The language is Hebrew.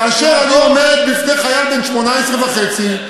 כאשר אני עומד בפני חייל בן 18 וחצי,